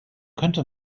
könnte